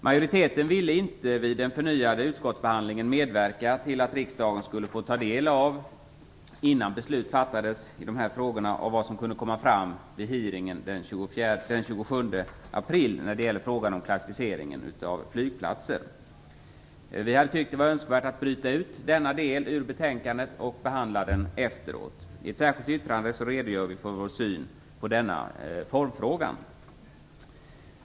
Majoriteten ville vid den förnyade utskottsbehandlingen inte medverka till att riksdagen, innan beslut fattades i dessa frågor, skulle få ta del av vad som kunde komma fram vid hearingen den 27 april i fråga om klassificeringen av flygplatser. Det hade varit önskvärt att bryta ut denna del ur betänkandet och behandla den efteråt. I ett särskilt yttrande redogör vi för vår syn på denna formfråga.